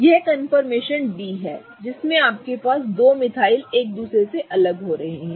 यह conformation D है जिसमें आपके पास ये दोनों मिथाइल एक दूसरे से अलग हो रहे हैं